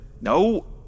No